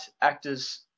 actors